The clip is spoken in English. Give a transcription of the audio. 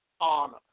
honor